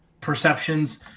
perceptions